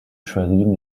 schwerin